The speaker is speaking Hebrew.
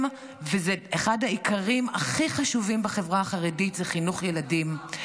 אחד העיקרים הכי חשובים בחברה החרדית זה חינוך ילדים.